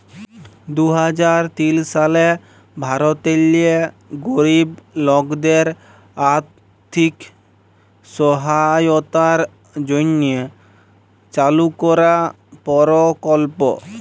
দু হাজার তিল সালে ভারতেল্লে গরিব লকদের আথ্থিক সহায়তার জ্যনহে চালু করা পরকল্প